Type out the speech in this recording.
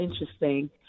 interesting